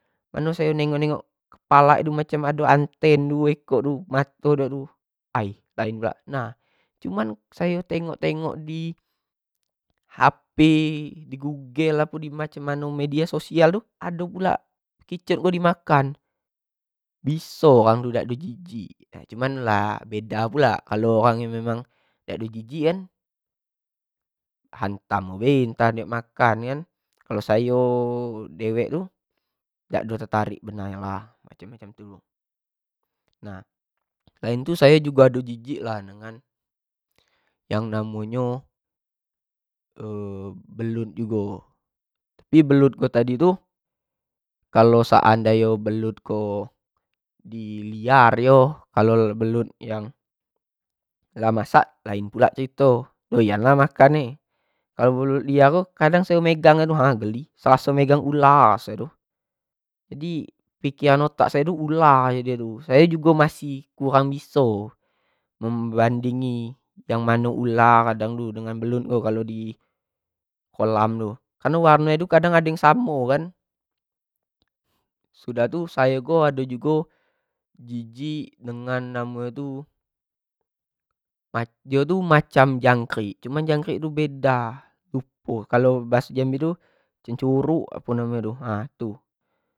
Mano sayo nengok-negok kepalo tu macam ado anten duo ekok mayo dio tu, ai lain pulak nah cuma sayo tengok-tengok di hp di google di macam mano di media social tu ado pula bekicot ko di makan biso orang tu dak ado jijik, cuman lah beda pula kalo orang yang memang jijik kan hantam bae, ntah dio makan kan, kalo sayo dewek tu dak ado tertarik benar lah macam-maca tu, nah selain tu ayo do jijik lah dengan yang namo nyo, belut jugo, tapi belut ko tadi ko kalo seandai nyo belut ko di liar yo, kalo belut yang lah amsak lain pulo cerito, doyan lah makan nyo, kalo nelut liar ko kadang sayomegang tu nah geli, seraso megang ular raso nyo tu, jadi piker otak sayo tu ular, sayo tu kurang biso banding sayo mano ular belut tu di kolam tu, kareno warno tu kadang tu ado yang samo kan sudah tu sayo ko ado jijik dengan namo nyo tu, dio tu macam jangkrik, cuma jangkrik tu beda, lupo kalo baso jambi tu cengcuruk apo.